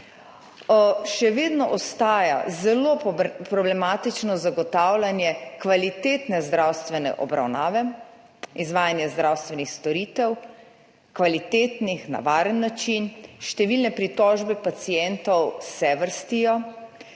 Še vedno ostaja zelo problematično zagotavljanje kvalitetne zdravstvene obravnave, izvajanje kvalitetnih zdravstvenih storitev na varen način. Številne pritožbe pacientov se vrstijo.